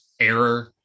error